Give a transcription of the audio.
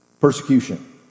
Persecution